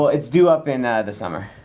it's due up in the summer.